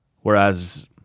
Whereas